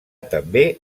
també